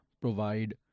provide